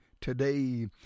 today